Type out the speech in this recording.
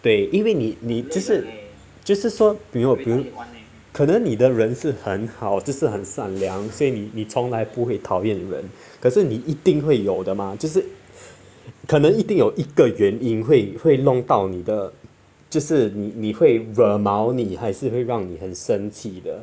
对因为你你就是就是说比如比如可能你的人很好这是很善良所以你从来不会讨厌人可是你一定会有的吗就是可能一定有一个原因会会弄到你的就是你你会惹毛你还是会让你很生气的